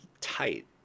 tight